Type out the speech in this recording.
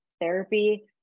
therapy